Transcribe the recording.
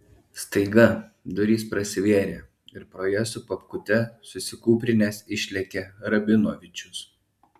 staiga durys prasivėrė ir pro jas su papkute susikūprinęs išlėkė rabinovičius